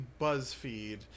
BuzzFeed